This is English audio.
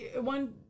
one